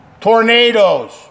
tornadoes